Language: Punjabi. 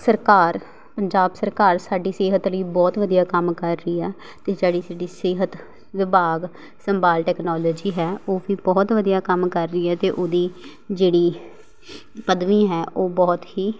ਸਰਕਾਰ ਪੰਜਾਬ ਸਰਕਾਰ ਸਾਡੀ ਸਿਹਤ ਲਈ ਬਹੁਤ ਵਧੀਆ ਕੰਮ ਕਰ ਰਹੀ ਆ ਅਤੇ ਜਿਹੜੀ ਸਾਡੀ ਸਿਹਤ ਵਿਭਾਗ ਸੰਭਾਲ ਟੈਕਨੋਲਜੀ ਹੈ ਉਹ ਵੀ ਬਹੁਤ ਵਧੀਆ ਕੰਮ ਕਰ ਰਹੀ ਹੈ ਅਤੇ ਉਹਦੀ ਜਿਹੜੀ ਪਦਵੀ ਹੈ ਉਹ ਬਹੁਤ ਹੀ